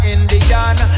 Indian